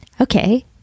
Okay